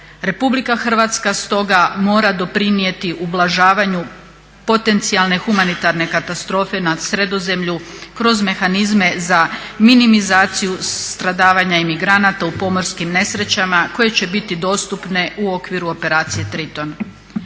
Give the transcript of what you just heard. Republika Hrvatska stoga mora doprinijeti ublažavanju potencijalne humanitarne katastrofe na Sredozemlju kroz mehanizme za minimizaciju, stradavanja imigranata u pomorskim nesrećama koje će biti dostupne u okviru operacije "Triton".